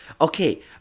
okay